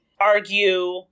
argue